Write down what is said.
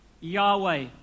Yahweh